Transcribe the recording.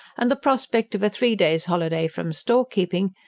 and the prospect of a three days' holiday from storekeeping,